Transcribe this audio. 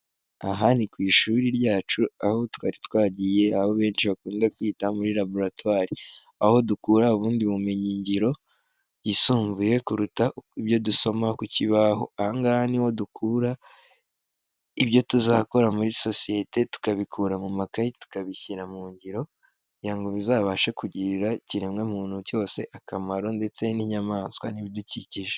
Aha ni ku ishuri ryacu, aho twari twagiye aho benshi bakunda kwita muri laboratwari. Aho dukura ubundi bumenyingiro, yisumbuye kuruta ibyo dusoma ku kibaho. Ahangaha ni ho dukura, ibyo tuzakora muri sosiyete tukabikura mu makaye tukabishyira mu ngiro, kugira ngo bizabashe kugirira ikiremwamuntu cyose akamaro ndetse n'inyamaswa n'ibidukikije.